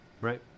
Right